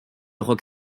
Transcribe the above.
rock